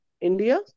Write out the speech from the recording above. India